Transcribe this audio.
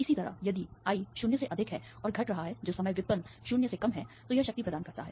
इसी तरह यदि I 0 से अधिक है और घट रहा है जो समय व्युत्पन्न 0 है तो यह शक्ति प्रदान करता है